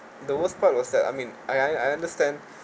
the worst part was that I mean I I I understand